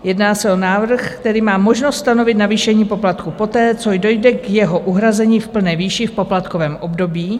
Jedná se o návrh, který má možnost stanovit navýšení poplatků poté, co dojde k jeho uhrazení v plné výši v poplatkovém období.